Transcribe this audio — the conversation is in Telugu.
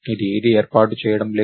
ఇది ఏదీ ఏర్పాటు చేయడం లేదు